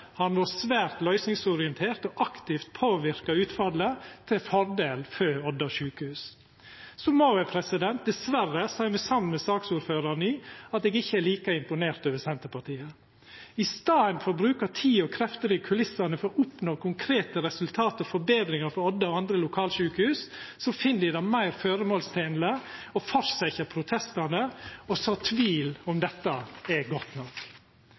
Han har vore svært løysingsorientert og aktivt påverka utfallet til fordel for Odda sjukehus. Så må eg dessverre seia meg samd med saksordføraren i at eg ikkje er like imponert over Senterpartiet. I staden for å bruka tid og krefter i kulissane på å oppnå konkrete resultat og forbetringar for Odda og andre lokalsjukehus finn dei det meir formålstenleg å fortsetja protestane og så tvil om dette er godt nok.